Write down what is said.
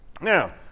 now